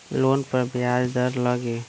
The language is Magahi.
लोन पर ब्याज दर लगी?